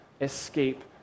escape